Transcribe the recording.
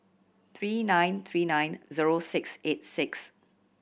three nine three nine zero six eight six